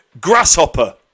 Grasshopper